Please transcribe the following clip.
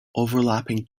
overlapping